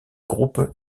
groupe